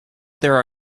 there